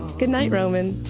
goodnight, roman!